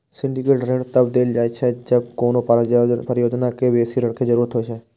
syndicate ऋण तब देल जाइ छै, जब कोनो परियोजना कें बेसी ऋण के जरूरत होइ छै